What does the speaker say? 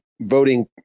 voting